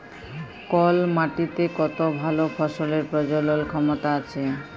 call মাটিতে কত ভাল ফসলের প্রজলল ক্ষমতা আছে